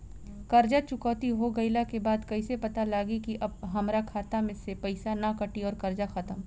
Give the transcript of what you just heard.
कर्जा चुकौती हो गइला के बाद कइसे पता लागी की अब हमरा खाता से पईसा ना कटी और कर्जा खत्म?